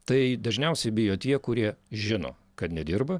tai dažniausiai bijo tie kurie žino kad nedirba